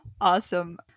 Awesome